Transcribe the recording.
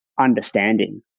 understanding